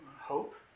hope